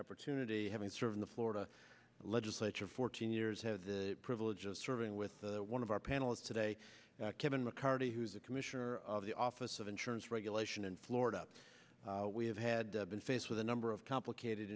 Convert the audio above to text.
opportunity having served the florida legislature fourteen years had the privilege of serving with one of our panelists today kevin mccarthy who's a commissioner of the office of insurance regulation in florida we have had been faced with a number of complicated